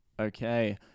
Okay